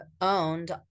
owned